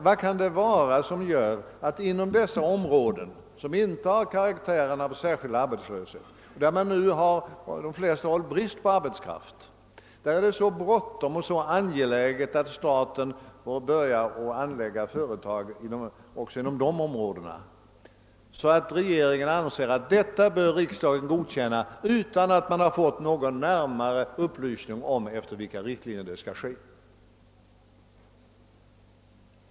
Vad kan det vara som gör att man nu anser det vara så bråttom och angeläget att staten börjar anlägga företag också inom områden som inte har karaktären av arbetslöshetsområden, att regeringen anser att riksdagen bör godkänna detta utan att ha fått några närmare upplysningar om efter vilka riktlinjer det skall ske?